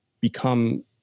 become